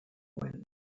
when